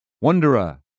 Wanderer